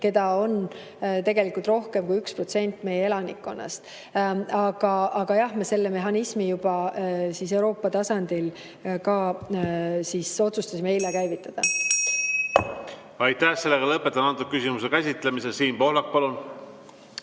keda on tegelikult rohkem kui 1% meie elanikkonnast. Aga jah, me selle mehhanismi juba Euroopa tasandil eile otsustasime käivitada. Aitäh! Lõpetan selle küsimuse käsitlemise. Siim Pohlak, palun!